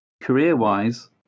career-wise